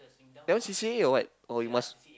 that one C_C_A or what or you must